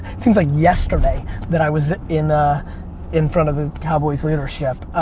seems like yesterday that i was in ah in front of the cowboys' leadership.